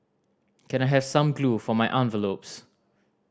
can I have some glue for my envelopes